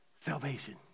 salvation